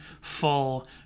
full